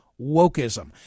wokeism